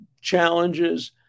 challenges